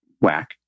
whack